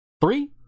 three